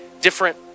different